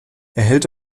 erhält